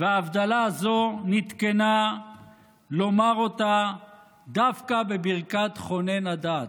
וההבדלה הזו נִתקְנה לומר אותה דווקא בברכת חונן הדעת.